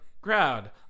crowd